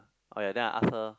oh ya then I ask her